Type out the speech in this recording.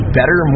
better